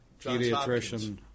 pediatrician